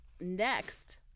next